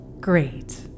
Great